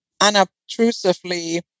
unobtrusively